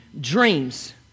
dreams